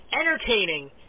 entertaining